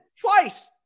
Twice